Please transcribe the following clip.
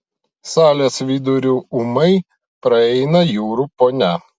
salės viduriu ūmai praeina jūrų ponia